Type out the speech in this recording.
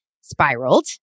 spiraled